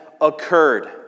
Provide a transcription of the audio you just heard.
occurred